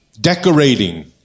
decorating